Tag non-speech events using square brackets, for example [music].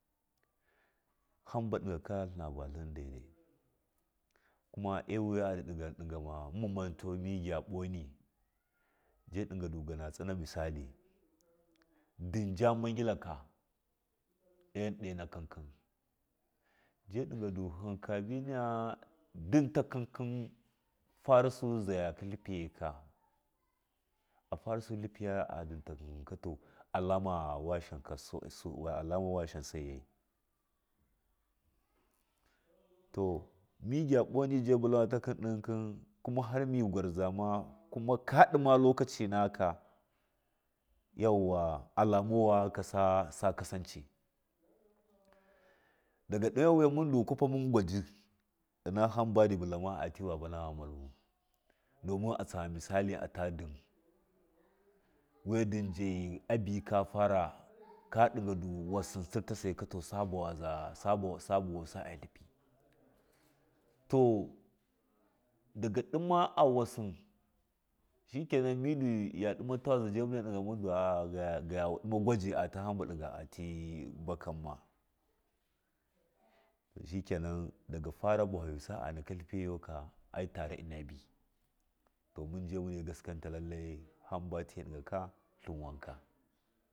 Hamba ɗigaka abtlin dai dai [noise] kuma a wuga adaɗigan ɗingama mamma mantau mɨ gyaɓonin ja ɗigadu gana tsona misali ndɨnja mingilaka arjin ɗai nakam kum ja ɗigadu him kabinaya ndun takumkum farasu zahiyasu tlifiyaika [noise] afaru za hiya tlifi a dun takakumkum alama washaha busai to mi gyaɓoni ja bulama takɨ ɗigɨkɨn har mi gwarzama kuma ka ɗima lokaci nakaka yauwa alamu wakaka sa kasance [noise] daga ɗamewaga munda kwafa mun gwadi ina hamba dɨ bulama ati babana malva domin tsa misali ata ndɨn [noise] wiya ndunja abɨ kafa ra ka [noise] ɗigadu wasin tsirtasaika to ja vuwaza sa vuwaza a tlifi [noise] to doga ɗuma awasɨn shikenan midu miya ɗuma tawazi gaya ɗuma gwaji ina hamba du bulama atɨ bakamma [noise] shikenan daga farasu bayuja a naka tlifiyago to min ja mine gaskanta lailai hamba tiye ɗigaka tiwanka.